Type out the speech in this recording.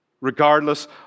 regardless